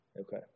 Okay